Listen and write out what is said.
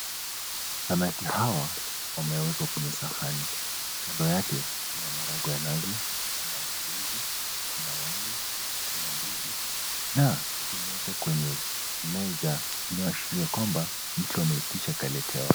Samaki hawa wamewekwa kwenye sahani. Kando yake kuna maharagwe ya nazi, kuna mchuzi, kuna wali, kuna ndizi na vimewekwa kwenye meza inayoashiria kwamba mtu ameitisha akaletewa.